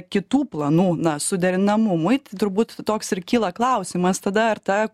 kitų planų na suderinamumui tai turbūt toks ir kyla klausimas tada ar ta